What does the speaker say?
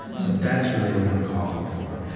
so that's really what i'm calling for.